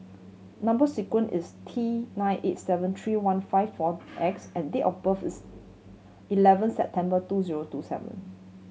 number sequence is T nine eight seven three one five four X and date of birth is eleven September two zero two seven